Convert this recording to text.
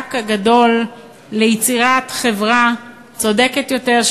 במאבק הגדול ליצירת חברה צודקת יותר,